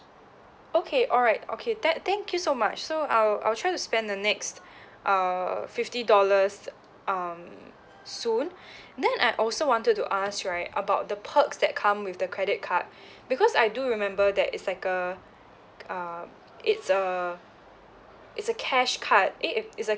okay alright okay that thank you so much so I'll I'll try to spend the next err fifty dollars um soon then I also wanted to ask right about the perks that come with the credit card because I do remember that is like a err it's a it's a cash card it it it's a